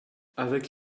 avec